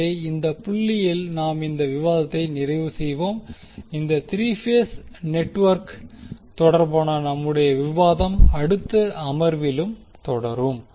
எனவே இந்த புள்ளியில் நாம் இந்த விவாதத்தை நிறைவு செய்வோம் இந்த 3 பேஸ் நெட்வொர்க் தொடர்பான நம்முடைய விவாதம் அடுத்த அமர்விலும் தொடரும்